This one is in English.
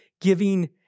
giving